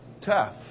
tough